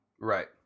Right